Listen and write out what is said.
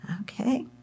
Okay